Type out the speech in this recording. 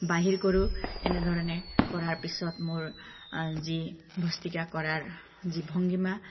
বাহিৰ কৰোঁ এনেধৰণে কৰাৰ পিছত মোৰ যি ভস্ত্ৰিকা কৰাৰ যি ভংগীমা